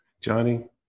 johnny